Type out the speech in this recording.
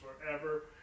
forever